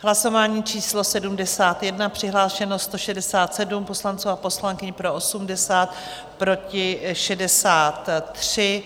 Hlasování číslo 71, přihlášeno 167 poslanců a poslankyň, pro 80, proti 63.